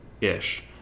ish